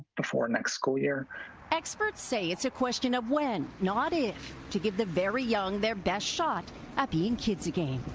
before next school year. reporter experts say it's a question of when not if to give the very young their best shot at being kids again.